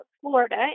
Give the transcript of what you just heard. Florida